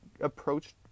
approached